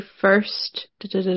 first